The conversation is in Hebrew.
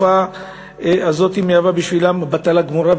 התקופה הזאת מהווה בשבילם בטלה גמורה,